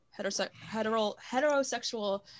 heterosexual